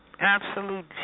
Absolute